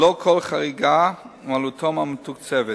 ללא כל חריגה מעלותם המתוקצבת.